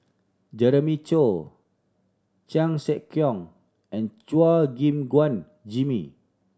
Jeremiah Choy Chan Sek Keong and Chua Gim Guan Jimmy